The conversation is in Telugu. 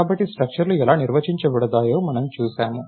కాబట్టి స్ట్రక్చర్లు ఎలా నిర్వచించబడతాయో మనం చూశాము